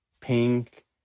pink